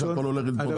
אז מה.